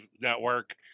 network